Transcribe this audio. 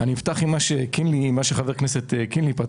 אם חייל נהרג